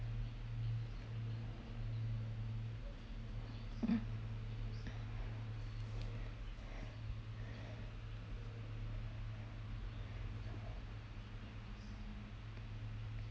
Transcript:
mm